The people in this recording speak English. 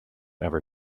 ever